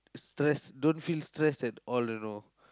stress don't feel stress at all you know